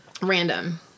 Random